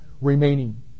remaining